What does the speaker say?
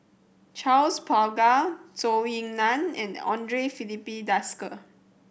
Charles Paglar Zhou Ying Nan and Andre Filipe Desker